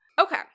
Okay